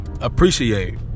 Appreciate